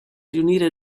riunire